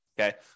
okay